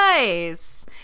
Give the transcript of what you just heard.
Nice